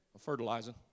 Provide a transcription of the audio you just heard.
fertilizing